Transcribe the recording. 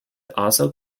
also